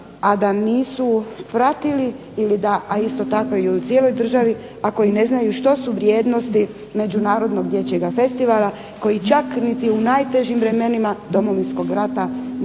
a da nisu pratili ili da isto tako u cijeloj državi, ako i ne znaju što su vrijednosti međunarodnog dječjeg festivala koji čak niti u najtežim vremenima Domovinskog rata nije